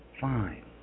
fine